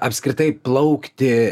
apskritai plaukti